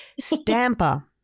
Stamper